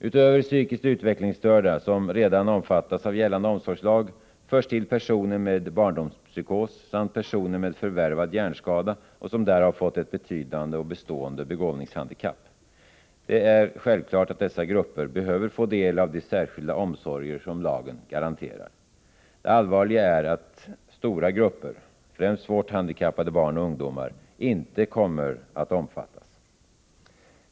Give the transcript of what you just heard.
Utöver psykiskt utvecklingsstörda, som redan omfattas av gällande omsorgslag, förs hit personer med barndomspsykos samt personer med förvärvad hjärnskada vilka därav fått ett betydande och bestående begåvningshandikapp. Det är självklart att dessa grupper behöver få del av de särskilda omsorger som lagen garanterar. Det allvarliga är att stora grupper, främst svårt handikappade barn och ungdomar, inte kommer att omfattas.